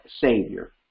savior